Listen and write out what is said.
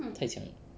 太强了